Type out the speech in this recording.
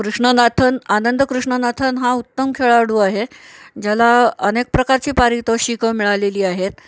कृष्णनाथन आनंद कृष्णनाथन हा उत्तम खेळाडू आहे ज्याला अनेक प्रकारची पारितोषिकं मिळाली आहेत